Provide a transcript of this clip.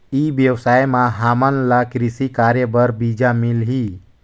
ई व्यवसाय म हामन ला कृषि कार्य करे बर बीजा मिलही?